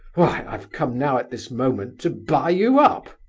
why, i've come now, at this moment, to buy you up!